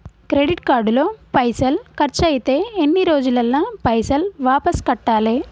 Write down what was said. Credit card లో పైసల్ ఖర్చయితే ఎన్ని రోజులల్ల పైసల్ వాపస్ కట్టాలే?